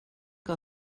que